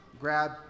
Grab